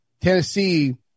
Tennessee